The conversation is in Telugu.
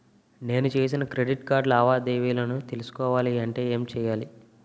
నేను చేసిన క్రెడిట్ కార్డ్ లావాదేవీలను తెలుసుకోవాలంటే ఏం చేయాలి?